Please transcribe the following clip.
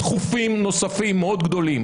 דחופים נוספים מאוד גדולים,